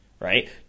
Right